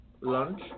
lunch